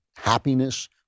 happiness